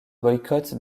boycott